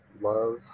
love